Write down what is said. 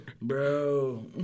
Bro